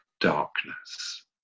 darkness